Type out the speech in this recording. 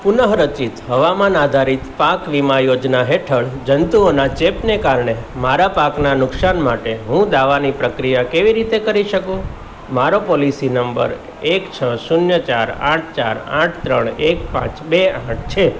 પુનઃરચિત હવામાન આધારિત પાક વીમા યોજના હેઠળ જંતુઓના ચેપને કારણે મારા પાકનાં નુકસાન માટે હું દાવાની પ્રક્રિયા કેવી રીતે શરૂ કરી શકું મારો પોલિસી નંબર એક છ શૂન્ય ચાર આઠ ચાર આઠ ત્રણ એક પાંચ બે આઠ છે